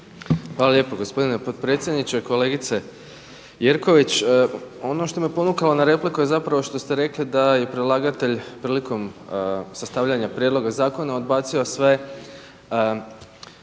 Hvala lijepo gospodine potpredsjedniče. Kolegice Jerković, ono što me ponukalo na repliku je što ste rekli da je predlagatelj prilikom sastavljanja prijedloga zakona odbacio sve